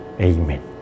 Amen